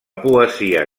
poesia